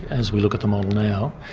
as we look at the model now.